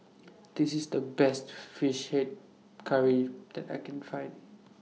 This IS The Best Fish Head Curry that I Can Find